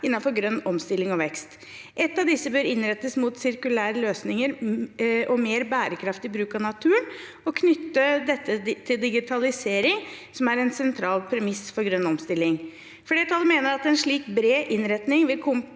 innenfor grønn omstilling og vekst. Ett av disse bør innrettes mot sirkulære løsninger og mer bærekraftig bruk av naturen, og knytte dette til digitalisering, som er en sentral premiss for grønn omstilling. Flertallet mener en slik bred innretning vil komplettere